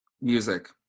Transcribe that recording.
music